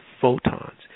photons